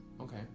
Okay